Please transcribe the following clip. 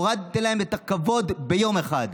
הורדתם להם את הכבוד ביום אחד.